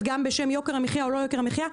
גם בשם יוקר המחיה או לא יוקר המחיה.